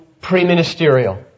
pre-ministerial